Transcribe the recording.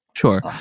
Sure